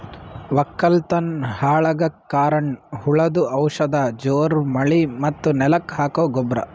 ವಕ್ಕಲತನ್ ಹಾಳಗಕ್ ಕಾರಣ್ ಹುಳದು ಔಷಧ ಜೋರ್ ಮಳಿ ಮತ್ತ್ ನೆಲಕ್ ಹಾಕೊ ಗೊಬ್ರ